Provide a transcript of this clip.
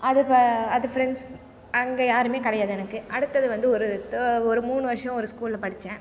அது இப்போ அது ஃப்ரெண்ட்ஸ் அங்கே யாருமே கிடையாது எனக்கு அடுத்தது வந்து ஒரு தே ஒரு மூணு வருஷம் ஒரு ஸ்கூலில் படித்தேன்